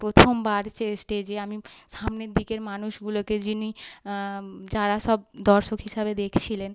প্রথমবার যে স্টেজে আমি সামনের দিকের মানুষগুলোকে যিনি যারা সব দর্শক হিসাবে দেখছিলেন